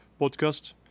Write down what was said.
Podcast